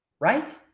Right